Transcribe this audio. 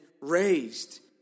raised